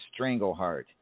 Strangleheart